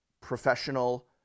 professional